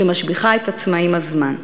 שמשביחה את עצמה עם הזמן.